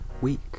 week